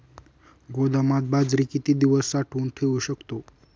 गोदामात बाजरी किती दिवस साठवून ठेवू शकतो?